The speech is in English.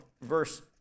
verse